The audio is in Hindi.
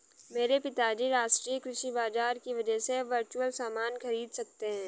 मेरे पिताजी राष्ट्रीय कृषि बाजार की वजह से अब वर्चुअल सामान खरीद सकते हैं